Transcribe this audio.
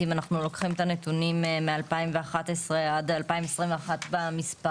אם אנחנו לוקחים את הנתונים מ-2011 עד 2021 במספרים,